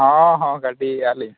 ᱦᱚᱸ ᱦᱚᱸ ᱜᱟᱹᱰᱤᱭᱮᱫᱼᱟ ᱞᱤᱧ